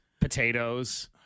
potatoes